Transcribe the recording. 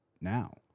now